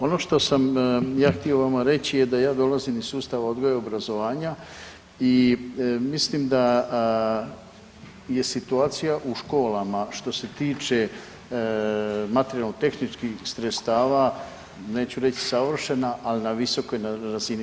Ono što sam ja htio vama reći je da ja dolazim iz sustava odgoja i obrazovanja i mislim da je situacija u školama što se tiče materijalno-tehničkih sredstava neću reći savršena ali na visokoj razini.